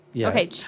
Okay